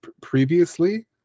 previously